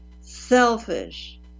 selfish